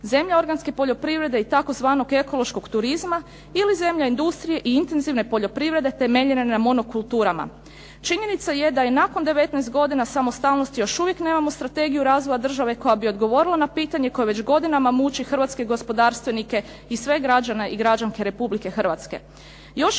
zemlja organske poljoprivrede i zemlja tzv. ekološkog turizma ili zemlja industrije i intenzivne poljoprivrede temeljene na monokulturama. Činjenica je da je i nakon 19 godina samostalnosti još uvijek nemamo strategiju razvoja države koja bi odgovorila na pitanje koje već godinama muči hrvatske gospodarstvenike i sve građane i građanke Republike Hrvatske.